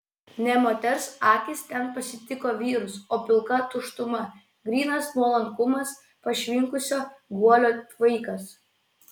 ne moters akys ten pasitiko vyrus o pilka tuštuma grynas nuolankumas pašvinkusio guolio tvaikas